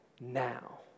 now